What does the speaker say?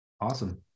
Awesome